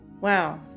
Wow